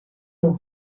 your